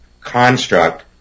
construct